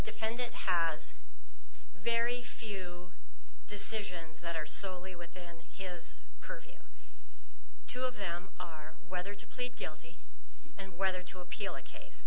defendant has very few decisions that are solely within his purview two of them are whether to plead guilty and whether to appeal a case